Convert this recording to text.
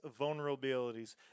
vulnerabilities